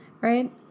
right